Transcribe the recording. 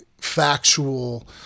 factual